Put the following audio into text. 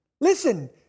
Listen